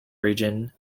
region